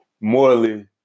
morally